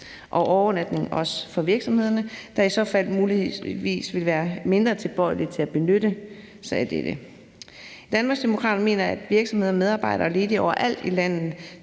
og overnatning også for virksomhederne, der i så fald muligvis vil være mindre tilbøjelige til at benytte sig af dette. Danmarksdemokraterne mener, at virksomheder, medarbejdere og ledige overalt i landet